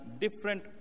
different